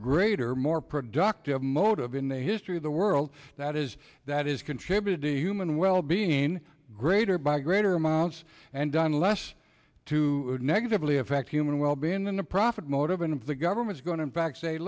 greater more productive motive in the history of the world that is that is contribute do human well being in greater by greater amounts and done less to negatively affect human well being than the profit motive of the government's going to back say